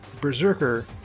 Berserker